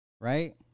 right